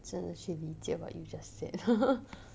真的去理解 what you just said